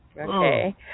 Okay